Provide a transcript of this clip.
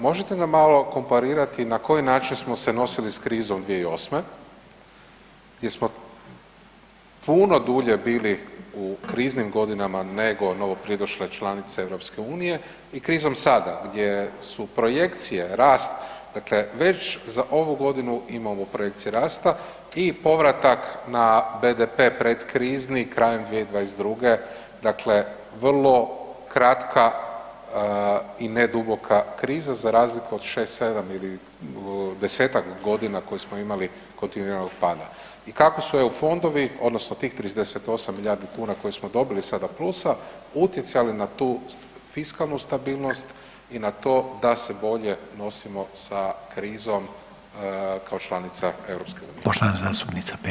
Možete nam malo komparirati na koji način smo se nosili s krizom 2008. gdje smo puno dulje bili u kriznim godinama nego novo pridošle članice EU i krizom sada gdje su projekcije rasta, dakle već za ovu godinu imamo projekcije rasta i povratak na BDP pretkrizni krajem 2022., dakle vrlo kratka i ne duboka kriza za razliku od 6-7 ili 10-tak godina koju smo imali kontinuiranog pada i kako su EU fondovi odnosno tih 38 milijardi kuna kojih smo dobili sada plusa utjecali na tu fiskalnu stabilnost i na to da se bolje nosimo sa krizom kao članica EU?